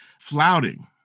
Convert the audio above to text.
flouting